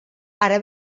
ara